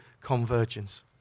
convergence